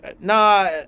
nah